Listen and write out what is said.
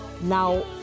now